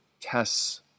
tests